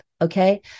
okay